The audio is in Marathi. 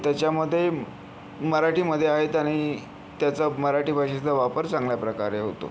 त्याच्यामध्ये मराठी मध्ये आहेत आणि त्याचा मराठी भाषेचा वापर चांगल्या प्रकारे होतो